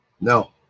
no